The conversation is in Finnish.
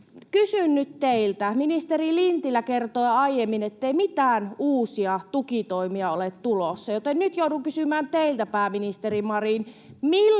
edes ruokaan. Ministeri Lintilä kertoi aiemmin, ettei mitään uusia tukitoimia ole tulossa, joten nyt joudun kysymään teiltä, pääministeri Marin: